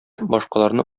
башкаларны